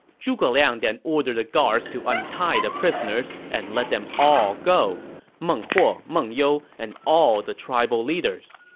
zhuge liang then ordered the guards to untie the prisoners and let them all go meng huo, meng you, and all the tribal leaders.